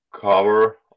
cover